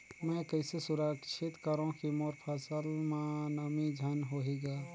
मैं कइसे सुरक्षित करो की मोर फसल म नमी झन होही ग?